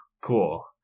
cool